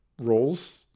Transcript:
roles